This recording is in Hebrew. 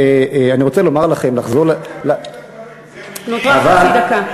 מאיפה אתה מביא את הדברים, נותרה חצי דקה.